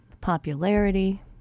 popularity